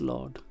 Lord